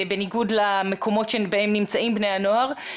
בניגוד למקומות שבהם נמצאים בהם בני הנוער,